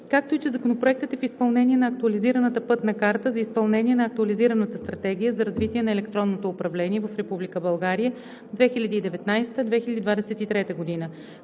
както и че Законопроектът е в изпълнение на Актуализираната пътна карта за изпълнение на Актуализираната стратегия за развитие на електронното управление в Република България 2019 – 2023 г.